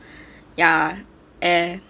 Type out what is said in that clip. ya and